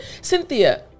Cynthia